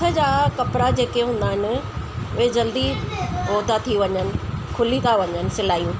हथ जा कपिड़ा जेके हूंदा आहिनि उहे जल्दी उहो था थी वञनि खुली था वञनि सिलायूं